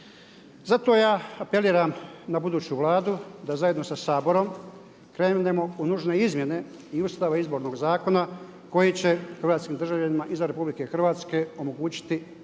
Zato ja apeliram na buduću Vladu da zajedno sa Saborom krenemo u nužne izmjene i Ustava i Izbornog zakona koji će Hrvatskim državljanima izvan RH omogućiti jednako